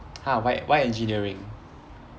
!huh! why why engineering